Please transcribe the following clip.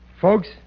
Folks